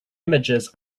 images